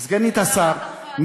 אונסק"ו.